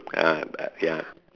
uh ya